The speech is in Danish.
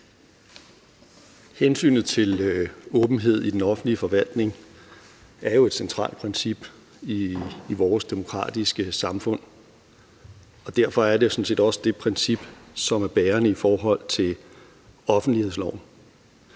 Hensynet til åbenhed i den offentlige forvaltning er jo et centralt princip i vores demokratiske samfund, og derfor er det sådan set også det princip, som er bærende i forhold til offentlighedsloven.